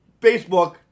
Facebook